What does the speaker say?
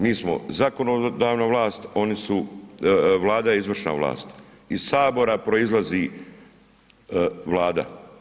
Mi smo zakonodavna vlast, Vlada je izvršna vlast, iz Sabora proizlazi Vlada.